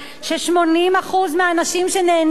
ש-80% מהאנשים שנהנים מהם,